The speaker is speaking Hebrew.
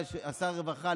שר הרווחה,